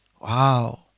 Wow